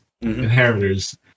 Inheritors